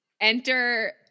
Enter